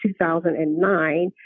2009